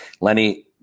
Lenny